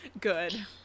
good